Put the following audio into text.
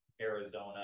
Arizona